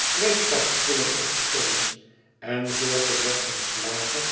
schreef paskwillen op spruggins en zorgde dat zijn slager